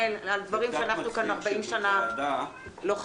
על דברים שאנחנו כאן ארבעים שנה לא חווינו.